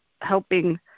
helping